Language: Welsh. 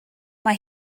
mae